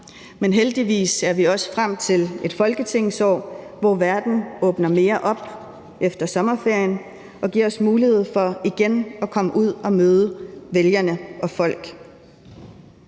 Men heldigvis ser vi også frem til et folketingsår, hvor verden åbner mere op efter sommerferien og giver os mulighed for igen at komme ud og møde vælgerne og folk.